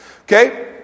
Okay